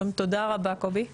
קודם תודה רבה קובי.